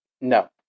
no